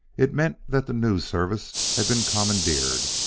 it meant that the news service had been commandeered.